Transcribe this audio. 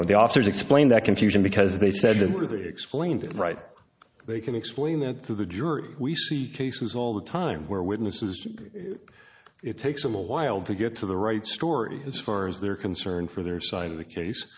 know the authors explain that confusion because they said and explained it right they can explain it to the jury we see cases all the time where witnesses it takes them a while to get to the right story as far as they're concerned for their side of the ca